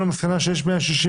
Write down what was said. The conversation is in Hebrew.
ואמרתי גם שבוע שעבר,